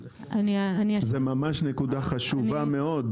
זו ממש נקודה חשובה מאוד,